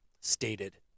stated